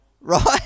Right